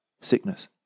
sickness